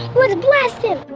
let's blast him!